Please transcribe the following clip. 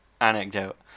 anecdote